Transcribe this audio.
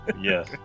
Yes